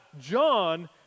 John